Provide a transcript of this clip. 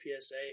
PSA